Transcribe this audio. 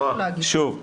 שוב,